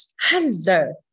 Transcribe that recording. Hello